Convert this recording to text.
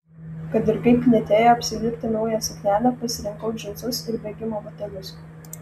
kad ir kaip knietėjo apsivilkti naują suknelę pasirinkau džinsus ir bėgimo batelius